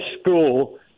school